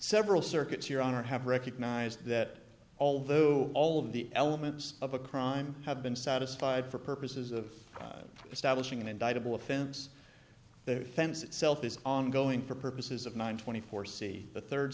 several circuits your honor have recognized that although all of the elements of a crime have been satisfied for purposes of establishing an indicted war fence the fence itself is ongoing for purposes of nine twenty four c the third